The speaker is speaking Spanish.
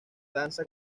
danza